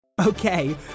Okay